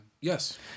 Yes